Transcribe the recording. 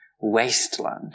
wasteland